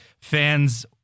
fans